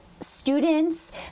students